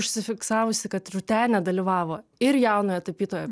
užfiksavusi kad rūtenė dalyvavo ir jaunojo tapytojo